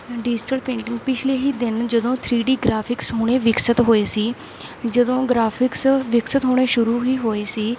digital painting ਪਿਛਲੇ ਹੀ ਦਿਨ ਜਦੋਂ ਥਰੀ ਡੀ ਗ੍ਰਾਫਿਕਸ ਹੋਣੇ ਵਿਕਸਿਤ ਹੋਏ ਸੀ ਜਦੋਂ ਗ੍ਰਾਫਿਕਸ ਵਿਕਸਿਤ ਹੋਣੇ ਸ਼ੁਰੂ ਹੀ ਹੋਏ ਸੀ